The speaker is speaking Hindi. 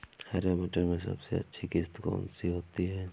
हरे मटर में सबसे अच्छी किश्त कौन सी होती है?